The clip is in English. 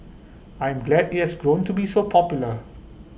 I am glad IT has grown to be so popular